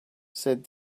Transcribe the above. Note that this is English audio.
said